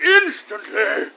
instantly